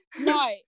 no